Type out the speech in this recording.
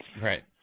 Right